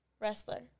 wrestler